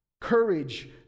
Courage